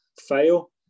fail